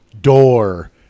door